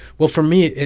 well, for me,